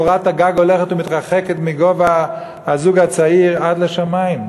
קורת הגג הולכת ומתרחקת מגובה הזוג הצעיר עד לשמים,